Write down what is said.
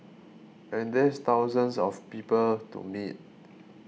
and there's thousands of people to meet